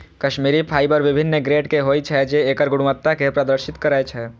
Kashmiri fibre विभिन्न grade के होइ छै, जे एकर गुणवत्ता कें प्रदर्शित करै छै